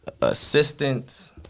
assistance